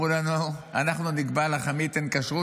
הם אמרו לנו: אנחנו נקבע לכם מי ייתן כשרות,